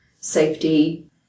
Safety